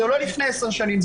זה לא לפני עשר שנים,